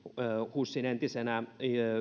husin entisenä